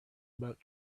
about